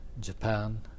Japan